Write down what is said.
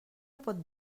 pot